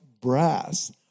brass